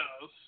yes